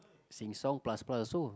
sing song plus plus so